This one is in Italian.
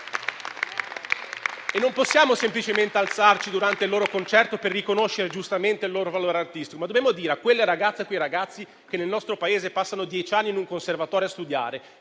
Non possiamo semplicemente alzarci durante il loro concerto per riconoscere giustamente il loro valore artistico, ma dobbiamo dire a quelle ragazze e a quei ragazzi che nel nostro Paese passano dieci anni in conservatorio a studiare,